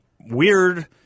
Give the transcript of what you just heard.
weird